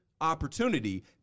opportunity